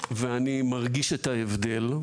ואני מרגיש את ההבדל...